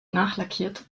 nachlackiert